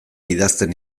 idazten